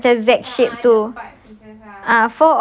yang Z Z macam Z shape tu